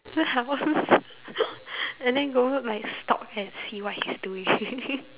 his house and then go like stalk and see what he's doing